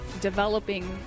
developing